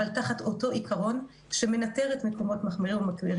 תחת אותו עיקרון שמנטר את המקומות המחמירים והמקילים.